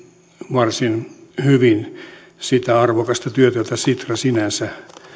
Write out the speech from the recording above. varsin hyvin sitä arvokasta työtä jota sitra sinänsä tekee eikä